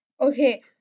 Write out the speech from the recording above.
Okay